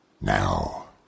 now